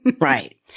Right